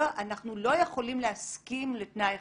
אנחנו לא יכולים להסכים לתנאי אחד.